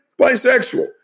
bisexual